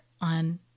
on